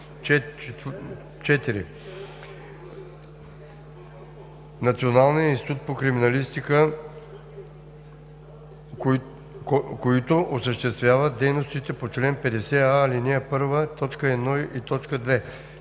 „4. Националния институт по криминалистика, които осъществяват дейностите по чл. 50а, ал. 1, т.